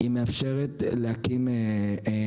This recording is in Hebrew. גם המדינה צריכה להשקיע פה.